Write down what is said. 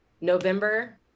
november